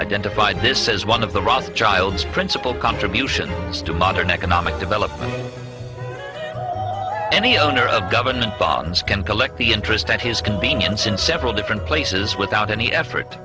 identified this as one of the rothschilds principal contribution to modern economic development any owner of government bonds can collect the interest at his convenience in several different places without any effort